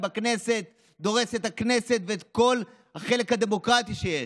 בכנסת דורס את הכנסת ואת כל החלק הדמוקרטי שיש.